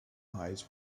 eyes